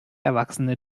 erwachsene